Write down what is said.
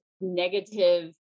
negative